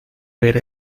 ver